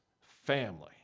family